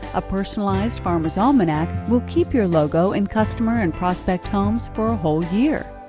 a personalized farmers' almanac will keep your logo and customer in prospect homes for a whole year.